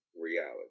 reality